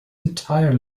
entire